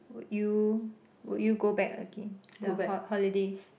would you would you go back again the uh holidays